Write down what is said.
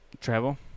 Travel